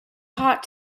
hot